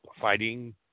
fighting